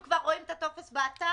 אנשים כבר רואים את הטופס באתר?